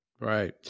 Right